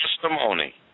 testimony